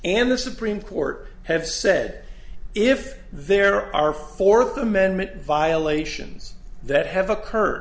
and the supreme court have said if there are fourth amendment violations that have occurred